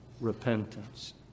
repentance